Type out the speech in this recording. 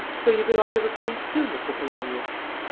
so you belong to the police too, mr. polonius?